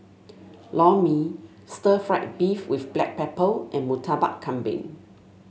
Lor Mee Stir Fried Beef with Black Pepper and Murtabak Kambing